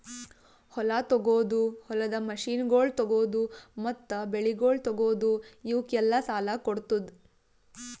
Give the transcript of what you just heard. ಹೊಲ ತೊಗೋದು, ಹೊಲದ ಮಷೀನಗೊಳ್ ತೊಗೋದು, ಮತ್ತ ಬೆಳಿಗೊಳ್ ತೊಗೋದು, ಇವುಕ್ ಎಲ್ಲಾ ಸಾಲ ಕೊಡ್ತುದ್